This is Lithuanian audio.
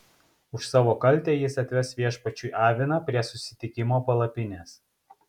už savo kaltę jis atves viešpačiui aviną prie susitikimo palapinės